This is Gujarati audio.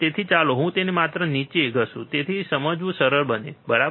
તેથી ચાલો હું તેને માત્ર નીચે ઘસું તેથી તે સમજવું સરળ બને છે બરાબર